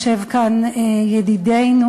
יושב כאן ידידנו,